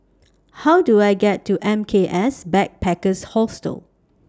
How Do I get to M K S Backpackers Hostel